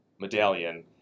medallion